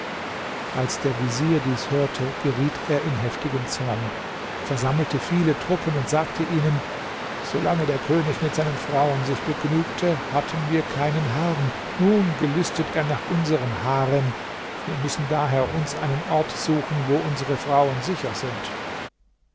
als der vezier dies hörte geriet er in heftigen zorn versammelte viele truppen und sagte ihnen so lange der könig mit seinen frauen sich begnügte hatten wir keinen harm nun gelüstet er nach unserm harem wir müssen daher uns einen ort suchen wo unsere frauen sicher sind